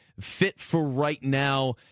fit-for-right-now